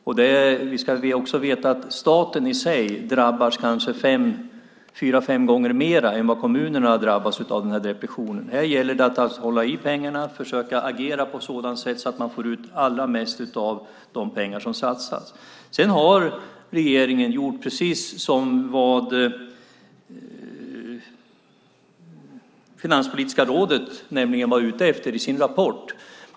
Vi ska också veta att staten i sig drabbas kanske fyra fem gånger mer än vad kommunerna drabbas av depressionen. Här gäller det att hålla i pengarna och försöka agera på sådant sätt att man får ut allra mest av de pengar som satsas. Sedan har regeringen gjort precis vad Finanspolitiska rådet var ute efter i sin rapport.